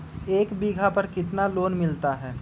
एक बीघा पर कितना लोन मिलता है?